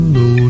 no